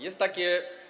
Jest takie.